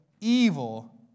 evil